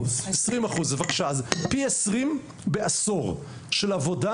20% בעשור של עבודה,